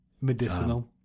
medicinal